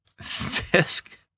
Fisk